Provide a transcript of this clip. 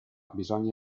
bisogna